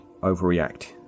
overreact